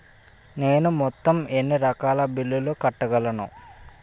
నేను మొత్తం ఎన్ని రకాల బిల్లులు కట్టగలను?